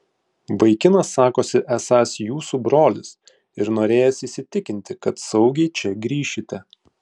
vaikinas sakosi esąs jūsų brolis ir norėjęs įsitikinti kad saugiai čia grįšite